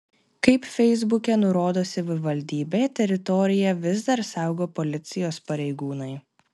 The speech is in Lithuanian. kaip feisbuke nurodo savivaldybė teritoriją vis dar saugo policijos pareigūnai